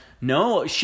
No